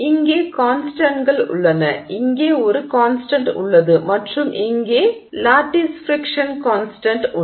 இங்கே கான்ஸ்டன்ட்கள் உள்ளன இங்கே ஒரு கான்ஸ்டன்ட் உள்ளது மற்றும் இங்கே லாட்டிஸ் ஃபிரிக்க்ஷன் கான்ஸ்டன்ட் உள்ளது